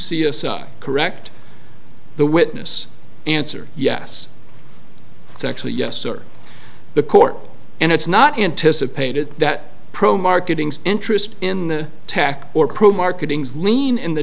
a correct the witness answer yes it's actually yes sir the court and it's not anticipated that pro marketing's interest in the tech or probe marketing's lean in the